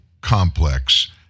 complex